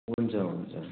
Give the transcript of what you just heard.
हुन्छ हुन्छ